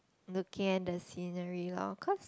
looking at the scenery lor cause